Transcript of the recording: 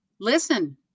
Listen